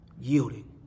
yielding